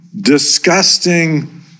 disgusting